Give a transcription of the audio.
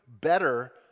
better